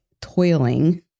toiling